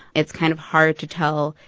it's kind of hard to tell,